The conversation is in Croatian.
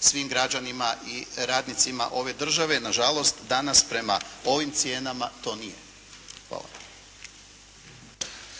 svim građanima i radnicima ove države. Nažalost danas prema ovim cijenama to nije.